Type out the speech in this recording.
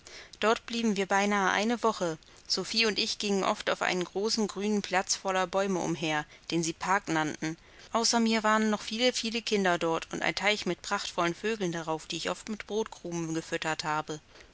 dort blieben wir beinahe eine woche sophie und ich gingen oft auf einem großen grünen platz voller bäumen umher den sie park nannten außer mir waren noch viele viele kinder dort und ein teich mit prachtvollen vögeln darauf die ich oft mit brotkrumen gefüttert habe